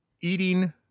eating